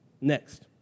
Next